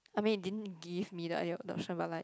I mean it didn't give me the idea but like